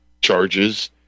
charges